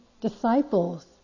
disciples